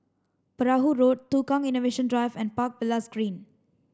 Perahu Road Tukang Innovation Drive and Park Villas Green